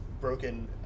broken